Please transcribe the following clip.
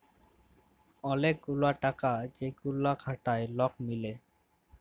ওলেক গুলা টাকা যেগুলা খাটায় লক মিলে